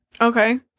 okay